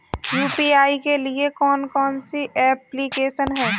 UPI के लिए कौन कौन सी एप्लिकेशन हैं?